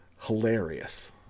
hilarious